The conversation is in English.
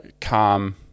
calm